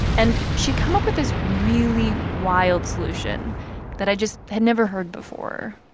and she'd come up with this really wild solution that i just had never heard before.